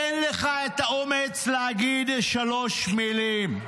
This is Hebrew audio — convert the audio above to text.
אין לך את האומץ להגיד שלוש מילים: